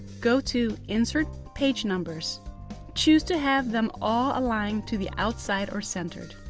go to insert, page numbers choose to have them all align to the outside or centered.